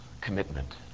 commitment